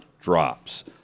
drops